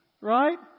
right